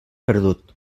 perdut